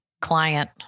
client